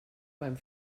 beim